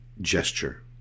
gesture